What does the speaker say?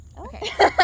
Okay